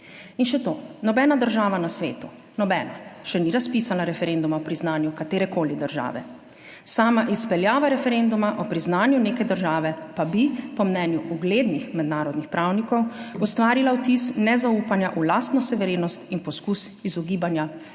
In še to, nobena država na svetu, nobena še ni razpisala referenduma o priznanju katerekoli države. Sama izpeljava referenduma o priznanju neke države pa bi po mnenju uglednih mednarodnih pravnikov ustvarila vtis nezaupanja v lastno suverenost in poskus izogibanja